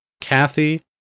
Kathy